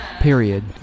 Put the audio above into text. period